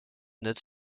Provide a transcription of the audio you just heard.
notes